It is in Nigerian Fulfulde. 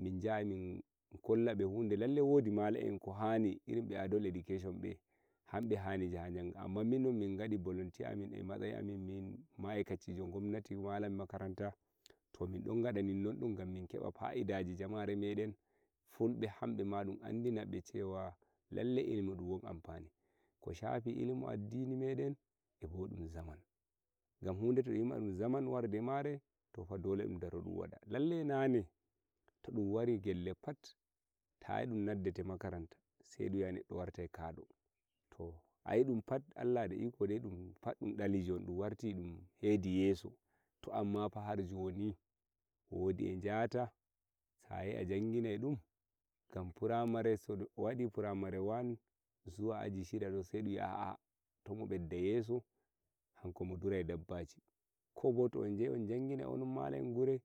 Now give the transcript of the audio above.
min jahai min kollabe lallai hunde wodi malam en ko hani irin be e adult education bo hanbe hani jaha janginki minon min ngadi volunteer amin e matsayi am min ma aikaci jo gwamnati malam makaranta to min don ngada diddo mudum gam min keba fa'idaji jamare meden fulbe hanbe ma dum andina be cewa lallai ilimi dum won amfani ko shafi ilimi meden eh bo dum zamanu gam hude to dum wi ma dum zamanu to fa dole dum daro dum wada lallai nane to dum wari gelle pat ta yi dum noddete makaranta sai dum wi'a neddo wartai kado to ai dum pat Allah da ikon sa dum pat dum dali joni dum warti dum beddi yeso to amma fa har joni wodi e jata yehi a janginai dum primary one zuwa aji shida do sai dum wi'a to mo medda yeso hanko mo durai dabbaji ko bo to unjehi unjanginaum anom malam een